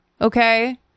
okay